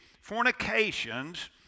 fornications